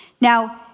Now